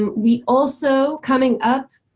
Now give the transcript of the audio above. um we also coming up